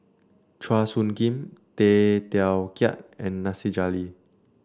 Chua Soo Khim Tay Teow Kiat and Nasir Jalil